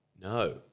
No